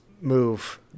move